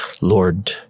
Lord